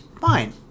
fine